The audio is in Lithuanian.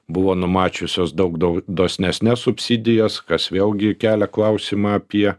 buvo numačiusios daug daug dosnesnes subsidijas kas vėlgi kelia klausimą apie